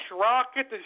rocket